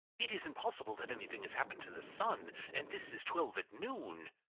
it isn't possible that anything has happened to the sun, and this is twelve at noon!